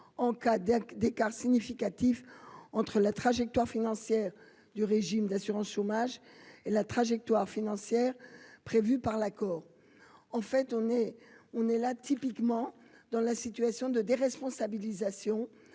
en cas d'écarts significatifs entre la trajectoire financière du régime d'assurance chômage et la trajectoire financière prévue par l'accord, en fait, on est, on est là typiquement dans la situation de déresponsabilisation